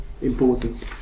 importance